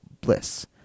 Bliss